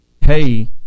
hey